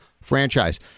franchise